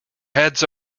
heads